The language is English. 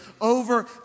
over